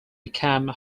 became